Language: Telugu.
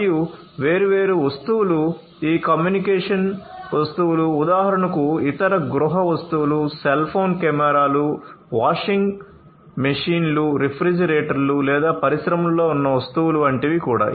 మరియు వేర్వేరు వస్తువులు ఈ కమ్యూనికేషన్ వస్తువులు ఉదాహరణకు ఇతర గృహ వస్తువులు సెల్ ఫోన్ కెమెరాలు వాషింగ్ మెషీన్లు రిఫ్రిజిరేటర్లు లేదా పరిశ్రమలలో ఉన్న వస్తువులు వంటి వి కూడా